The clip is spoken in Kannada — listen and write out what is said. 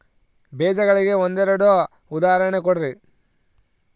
ಬೇಜಗಳಿಗೆ ಒಂದೆರಡು ಉದಾಹರಣೆ ಕೊಡ್ರಿ?